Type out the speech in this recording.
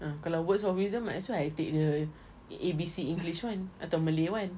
ah kalau words of wisdom might as well I take the A B C english [one] atau malay [one]